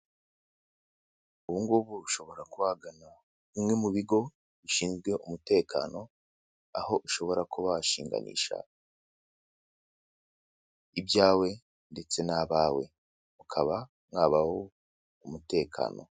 Ubungubu ushobora kuba wagana bimwe mu bigo bishinzwe umutekano, aho ushobora kuba washinganisha ibyawe ndetse n'abawe, mukaba mwabaho mu mutekano.